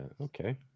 okay